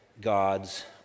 God's